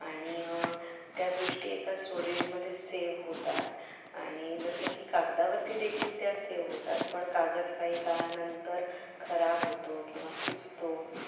आणि त्या गोष्टी एका सोरेजमध्ये सेव्ह होतात आणि जसं की कागदावरती देखील त्या सेव्ह होतात पण कागद काही काळानंतर खराब होतो किंवा कुचतो